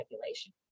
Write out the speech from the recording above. regulation